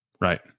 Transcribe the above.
Right